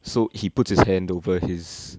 so he puts his hand over his